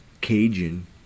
Cajun